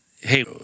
hey